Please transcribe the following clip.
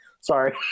Sorry